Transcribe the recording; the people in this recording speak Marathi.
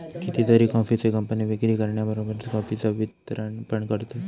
कितीतरी कॉफीचे कंपने विक्री करण्याबरोबरच कॉफीचा वितरण पण करतत